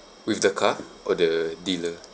with the car or the dealer